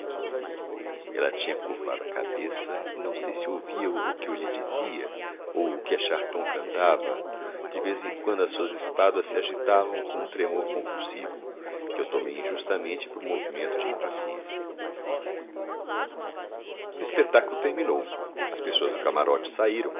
ela tinha curvado a cabeça e não sei se ouvia o que eu lhe dizia ou o que a charton cantava de vez em quando as suas espáduas se agitavam com um tremor convulsivo que eu tomei injustamente por um movimento de impaciência o espetáculo terminou as pessoas do camarote saíram